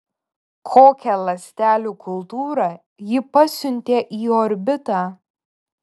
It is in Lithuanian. kokią ląstelių kultūrą ji pasiuntė į orbitą